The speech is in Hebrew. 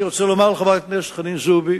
אני רוצה לומר לחברת הכנסת חנין זועבי